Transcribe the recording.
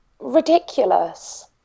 ridiculous